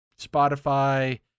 Spotify